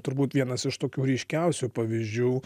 turbūt vienas iš tokių ryškiausių pavyzdžių